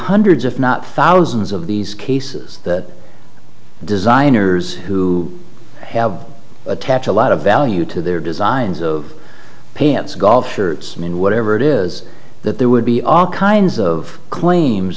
hundreds if not thousands of these cases that designers who have attach a lot of value to their designs of pants golf shirts and whatever it is that there would be all kinds of claims